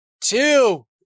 two